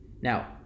Now